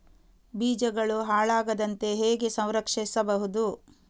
ಬೀಜಗಳು ಹಾಳಾಗದಂತೆ ಹೇಗೆ ಸಂರಕ್ಷಿಸಬಹುದು?